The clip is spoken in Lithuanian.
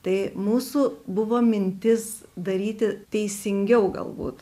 tai mūsų buvo mintis daryti teisingiau galbūt